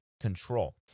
control